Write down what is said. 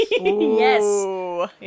Yes